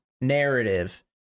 narrative